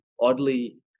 oddly